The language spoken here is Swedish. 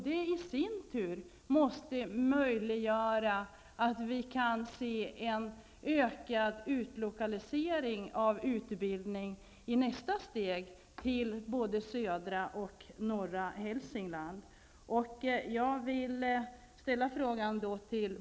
Detta skulle möjliggöra en ökad utlokalisering av utbildning till både södra och norra Hälsingland.